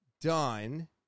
done